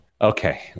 Okay